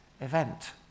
event